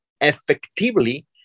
effectively